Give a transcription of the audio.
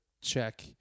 check